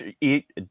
eat